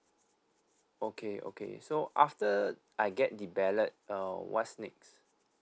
okay okay so after I get the ballot uh what's next